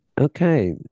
okay